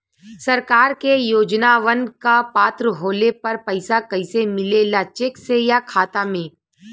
सरकार के योजनावन क पात्र होले पर पैसा कइसे मिले ला चेक से या खाता मे?